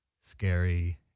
scary